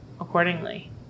accordingly